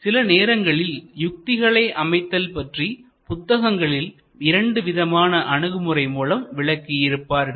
சில நேரங்களில் யுக்திகளை அமைத்தல் பற்றி புத்தகங்களில் இரண்டு விதமான அணுகுமுறை மூலம் விளக்கி இருப்பார்கள்